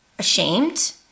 ashamed